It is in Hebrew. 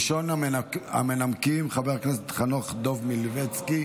ראשון המנמקים, חבר הכנסת חנוך דב מלביצקי.